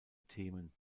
themen